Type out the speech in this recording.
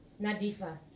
Nadifa